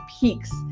peaks